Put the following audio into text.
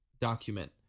document